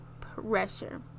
pressure